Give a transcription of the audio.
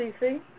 CC